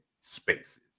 spaces